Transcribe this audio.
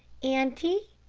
auntie,